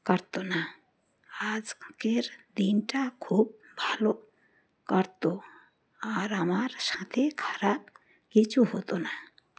করতো না আজকের দিনটা খুব ভালো করতো আর আমার সাথে খারাপ কিছু হতো না